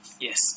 yes